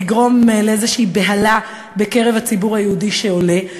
לגרום לאיזו בהלה בקרב הציבור היהודי שעולה.